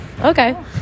Okay